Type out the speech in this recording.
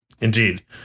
indeed